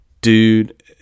dude